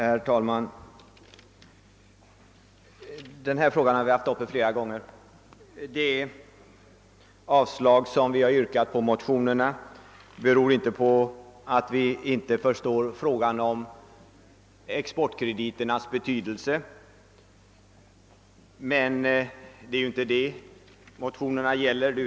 Herr talman! Den här frågan har vi haft uppe flera gånger tidigare. Att vi yrkat avslag på motionerna beror inte på att vi inte inser exportkrediternas betydelse. Men det är ju inte det motionerna gäller.